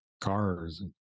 cars